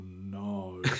no